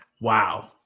Wow